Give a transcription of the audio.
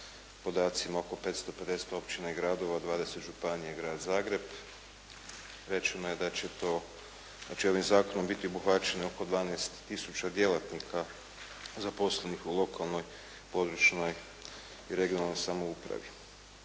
podacima oko 550 općina i gradova, 20 županija i Grad Zagreb, rečeno je da će to znači ovim zakonom biti obuhvaćene oko 12 tisuća djelatnika zaposlenih u lokalnoj područnoj i regionalno samoupravi.